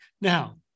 Now